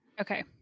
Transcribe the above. Okay